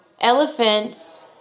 elephants